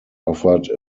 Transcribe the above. offered